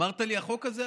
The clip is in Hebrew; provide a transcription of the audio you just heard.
אמרת לי: החוק הזה,